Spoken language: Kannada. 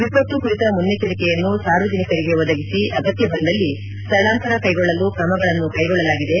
ವಿಪತ್ತು ಕುರಿತು ಮುನ್ನೆಚ್ಚರಿಕೆಯನ್ನು ಸಾರ್ವಜನಿಕರಿಗೆ ಒದಗಿಸಿ ಅಗತ್ಯ ಬಂದಲ್ಲಿ ಸ್ವಳಾಂತರ ಕೈಗೊಳ್ಳಲು ಕ್ರಮಗಳನ್ನು ಕೈಗೊಳ್ಳಲಾಗಿದೆ